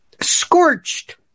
scorched